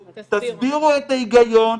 תסבירו את ההיגיון,